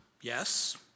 Yes